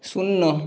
শূন্য